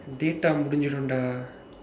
daytime முடிஞ்சுடும்:mudinjsudum dah